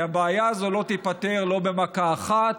כי הבעיה הזאת לא תיפתר לא במכה אחת